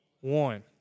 one